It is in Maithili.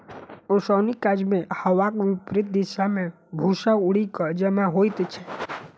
ओसौनीक काजमे हवाक विपरित दिशा मे भूस्सा उड़ि क जमा होइत छै